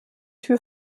tür